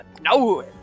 no